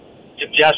suggestions